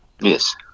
Yes